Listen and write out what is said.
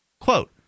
Quote